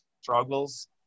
struggles